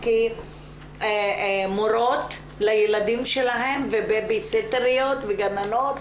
כמורות לילדים שלהם ובייבי-סיטריות וגננות,